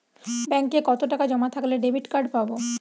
ব্যাঙ্কে কতটাকা জমা থাকলে ডেবিটকার্ড পাব?